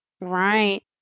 right